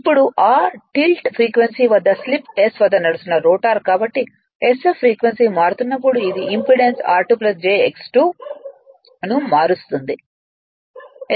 ఇప్పుడు ఆ టిల్ట్స్ ఫ్రీక్వెన్సీ వద్ద స్లిప్ s వద్ద నడుస్తున్న రోటర్ కాబట్టి sf ఫ్రీక్వెన్సీ మారుతున్నప్పుడు ఇది ఇంపెడెన్స్ r2 jX2 ను మారుస్తుంది